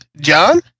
John